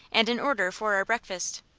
and an order for our breakfast.